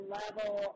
level